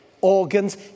organs